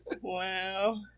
Wow